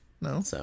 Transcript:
No